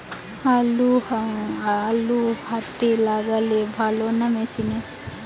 আলু হাতে লাগালে ভালো না মেশিনে?